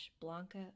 Blanca